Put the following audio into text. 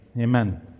Amen